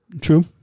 true